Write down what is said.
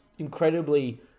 Incredibly